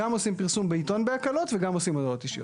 --- גם עושים פרסום בעיתון בהקלות וגם עושים הודעות אישיות.